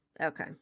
Okay